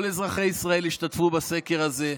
כל אזרחי ישראל השתתפו בסקר הזה.